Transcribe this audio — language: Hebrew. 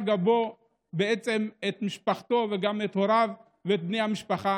גבו בעצם את משפחתו וגם את הוריו ובני המשפחה.